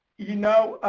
know